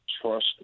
Trust